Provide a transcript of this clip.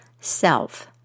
self